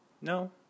No